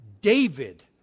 David